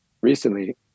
recently